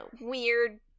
weird